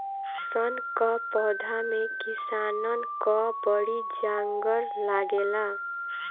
सन कअ पौधा में किसानन कअ बड़ी जांगर लागेला